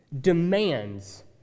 demands